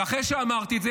ואחרי שאמרתי את זה,